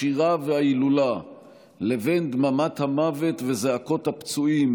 השירה וההילולה לבין דממת המוות וזעקות הפצועים